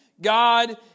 God